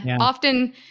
often